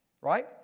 Right